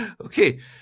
Okay